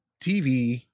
tv